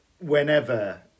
whenever